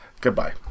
Goodbye